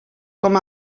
com